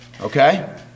Okay